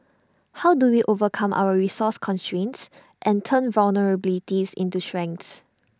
how do we overcome our resource constraints and turn vulnerabilities into strengths